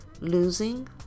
losing